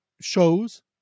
shows